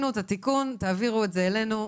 תעבירו את זה אלינו,